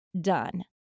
done